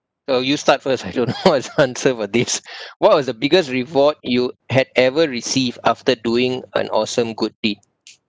oh you start first I don't what's the answer for this what was the biggest reward you had ever received after doing an awesome good deed